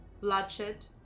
bloodshed